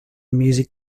music